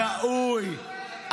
ראוי,